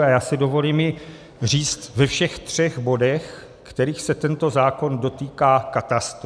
A já si dovolím ji říct ve všech třech bodech, ve kterých se tento zákon dotýká katastru.